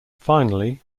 finally